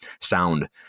sound